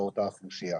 לאותה אוכלוסייה.